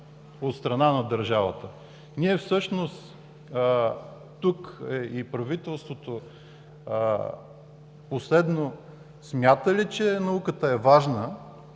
от страна на държавата. Всъщност тук и правителството, последно, смята ли, че науката е важна